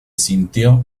sintió